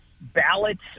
ballots